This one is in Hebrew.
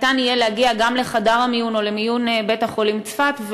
יהיה אפשר להגיע גם לחדר המיון או למיון בית-החולים צפת,